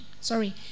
sorry